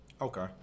Okay